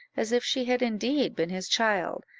as if she had indeed been his child,